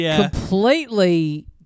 completely